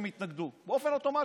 הם התנגדו באופן אוטומטי.